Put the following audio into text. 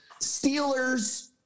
Steelers